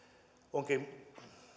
onkin